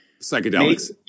psychedelics